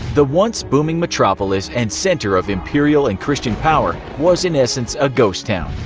the once-booming metropolis and center of imperial and chrisitan power was in essence a ghost town,